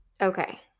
Okay